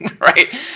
right